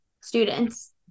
students